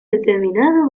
determinado